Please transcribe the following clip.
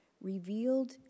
revealed